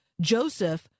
Joseph